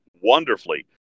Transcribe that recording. wonderfully